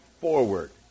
forward